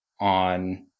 on